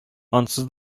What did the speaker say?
ансыз